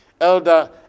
Elder